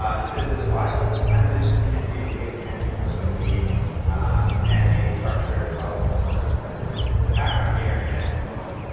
ah is this in the wild? it's kind of interesting actually. it pays attention to sort of the ah man-made structure, the house or barn or whatever it is in the background here, and the answer is no.